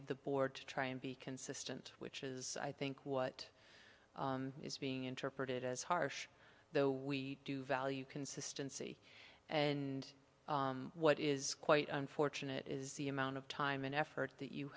of the board to try and be consistent which is i think what is being interpreted as harsh though we do value consistency and what is quite unfortunate is the amount of time and effort that you